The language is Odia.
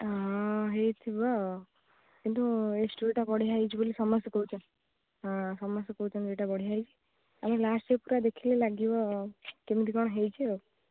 ହଁ ହେଇଥିବ କିନ୍ତୁ ଏ ଷ୍ଟୋରିଟା ବଢ଼ିଆ ହେଇଛି ବୋଲି ସମସ୍ତେ କହୁଛନ୍ତି ହଁ ସମସ୍ତେ କହୁଛନ୍ତି ଏଇଟା ବଢ଼ିଆ ହେଇଛି ଆମେ ଲାଷ୍ଟ ଯାଏଁ ପୁରା ଦେଖିଲେ ଲାଗିବ କେମିତି କ'ଣ ହେଇଛି ଆଉ